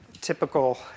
typical